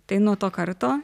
tai nuo to karto